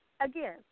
again